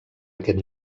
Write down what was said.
aquest